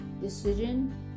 decision